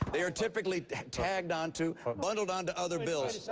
they are typically tagged on to bundled on to other bills.